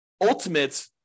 ultimate